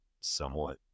somewhat